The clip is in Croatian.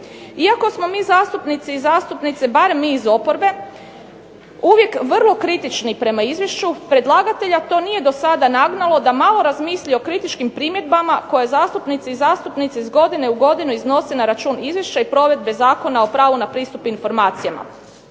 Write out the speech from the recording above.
Iako smo mi zastupnici i zastupnice, barem mi iz oporbe, uvijek vrlo kritični prema izvješću predlagatelja to nije do sada nagnalo da malo razmisli o kritičkim primjedbama koje zastupnici i zastupnice iz godine u godinu iznose na račun izvješća i provedbe Zakona o pravu na pristup informacijama